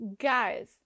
guys